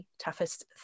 toughest